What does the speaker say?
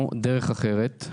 הצענו דרך אחרת,